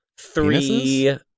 three